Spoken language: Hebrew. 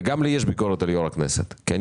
גם לי יש ביקורת על יו"ר הכנסת כי אני